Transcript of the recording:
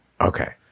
okay